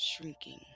shrinking